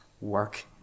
work